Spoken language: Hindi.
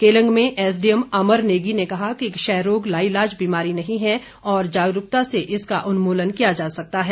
केलंग में एसडीएम अमर नेगी ने कहा कि क्षय रोग लाईलाज बीमारी नही है और जागरूकता से ही इसका उन्मूलन किया जा सकता है